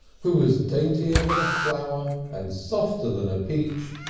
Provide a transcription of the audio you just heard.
who was daintier than a flower and softer than a peach,